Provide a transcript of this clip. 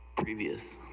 previous